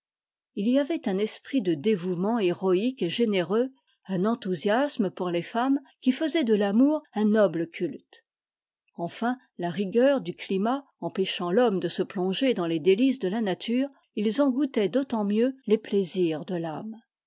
ii y avait un esprit de dévouement héroïque et généreux un enthousiasme pour les femmes qui faisait de l'amour un noble culte enfin la rigueur du climat empêchant l'homme de se plonger dans les délices de la nature il en goûtait d'autant mieux les plaisirs de l'âme